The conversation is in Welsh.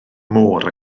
môr